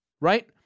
Right